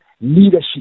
leadership